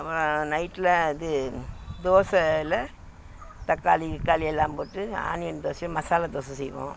அப்புறோம் நைட்டில் இது தோசையில் தக்காளி இக்காளி எல்லாம் போட்டு ஆனியன் தோசை மசாலா தோசை செய்வோம்